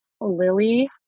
Lily